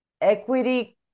equity